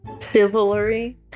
Chivalry